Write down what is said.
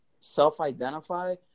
self-identify